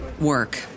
work